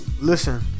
listen